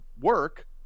work